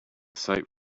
sight